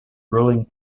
ruling